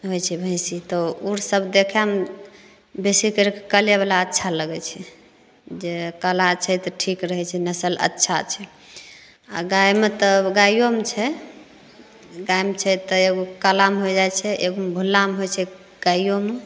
होइत छै भैंसी तो ओ सब देखएमे बेसी करिके कालेबला अच्छा लगैत छै जे काला छै तऽ ठीक रहैत छै नसल अच्छा छै आ गायमे तऽ गाइयोमे छै गायमे छै तऽ एगो कालामे हो जाइत छै एगो भुरामे होइत छै गाइयोमे